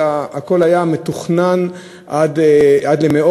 והכול היה מתוכנן עד מאוד.